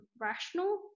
rational